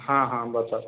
हाँ हाँ बस बस